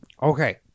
Okay